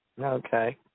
Okay